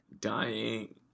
dying